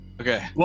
Okay